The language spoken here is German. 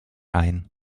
ein